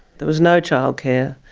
there was no childcare.